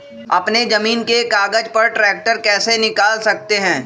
अपने जमीन के कागज पर ट्रैक्टर कैसे निकाल सकते है?